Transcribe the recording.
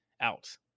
out